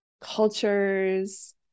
cultures